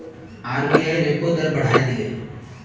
RBI repo दर बढ़ाए दिले